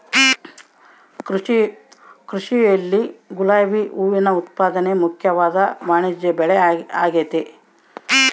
ಕೃಷಿಯಲ್ಲಿ ಗುಲಾಬಿ ಹೂವಿನ ಉತ್ಪಾದನೆ ಮುಖ್ಯವಾದ ವಾಣಿಜ್ಯಬೆಳೆಆಗೆತೆ